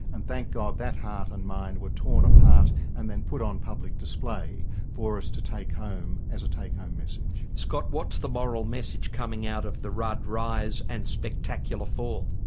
and thank god that heart and mind were torn apart and then put on public display for us to take home as a take-home message. scott, what's the moral message coming out of the rudd rise and spectacular fall?